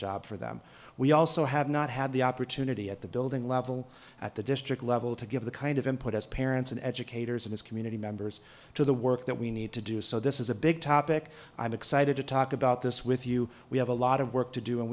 job for them we also have not had the opportunity at the building level at the district level to give the kind of input as parents and educators in this community members to the work that we need to do so this is a big topic i'm excited to talk about this with you we have a lot of work to do and